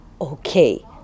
Okay